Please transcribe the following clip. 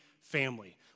family